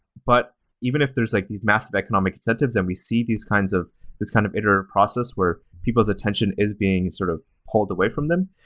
but even if there's like these massive economic incentives and we see these kinds of kind of iterative process where people's attention is being sort of pulled away from them,